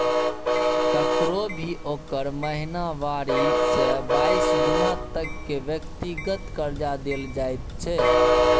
ककरो भी ओकर महिनावारी से बाइस गुना तक के व्यक्तिगत कर्जा देल जाइत छै